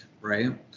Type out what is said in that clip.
right